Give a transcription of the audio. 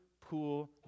pool